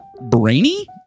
brainy